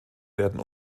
werden